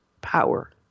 power